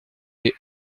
les